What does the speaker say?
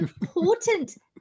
important